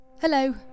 Hello